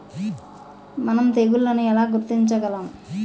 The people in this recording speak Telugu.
మనం తెగుళ్లను ఎలా గుర్తించగలం?